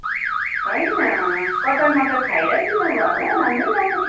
होइन कचर मचर खाएर बिमार भयो होला हौ राम्रै गएको थियो कि